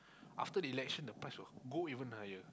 after the election the price will go even higher